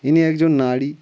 ইনি একজন নারী